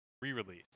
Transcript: Re-release